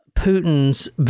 Putin's